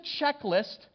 checklist